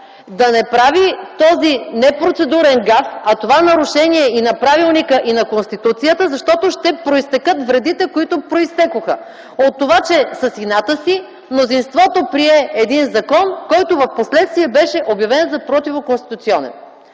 да не прави този непроцедурен гаф, а това – нарушение и на правилника, и на Конституцията, защото ще произтекат вредите, които произтекоха от това, че с ината си мнозинството прие един закон, който впоследствие беше обявен за противоконституционен.